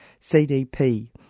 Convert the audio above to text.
CDP